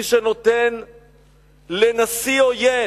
מי שנותן לנשיא עוין,